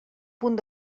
punt